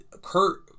Kurt